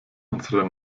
unserer